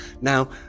Now